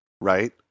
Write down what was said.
right